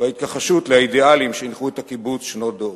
וההתכחשות לאידיאלים שהנחו את הקיבוץ שנות דור.